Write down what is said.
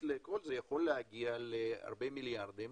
זה יכול להגיע להרבה מיליארדים